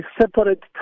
separate